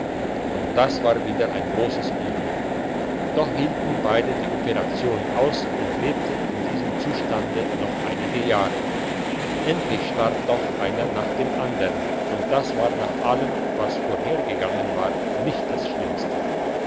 und das war wieder ein grosses unglück doch hielten beide die operation aus und lebten in diesem zustande noch einige jahre endlich starb doch einer nach dem andern und das war nach allem was vorhergegangen war nicht das schlimmste